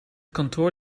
kantoor